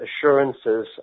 assurances